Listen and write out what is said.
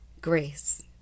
Grace